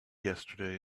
yesterday